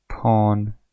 pawn